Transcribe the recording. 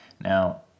Now